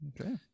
okay